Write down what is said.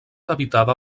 habitada